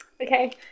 Okay